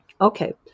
okay